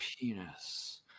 penis